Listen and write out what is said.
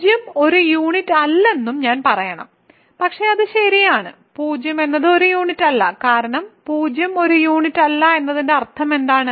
0 ഒരു യൂണിറ്റ് അല്ലെന്നും ഞാൻ പറയണം പക്ഷേ അത് ശരിയാണ് 0 എന്നത് ഒരു യൂണിറ്റ് അല്ല കാരണം 0 ഒരു യൂണിറ്റ് അല്ല എന്നതിന്റെ അർത്ഥമെന്താണ്